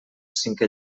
cinquè